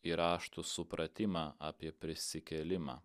ir raštų supratimą apie prisikėlimą